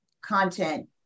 content